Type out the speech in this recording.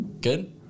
Good